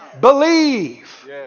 believe